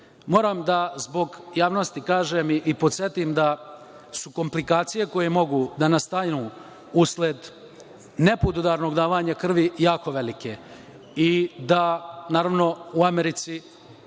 zbog javnosti da kažem i podsetim da su komplikacije koje mogu da nastanu usled nepodudarnog davanja krvi jako velike. U Americi